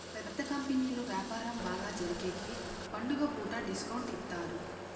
పెద్ద కంపెనీలు వ్యాపారం బాగా జరిగేగికి పండుగ పూట డిస్కౌంట్ ఇత్తారు